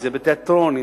אם בתיאטרון,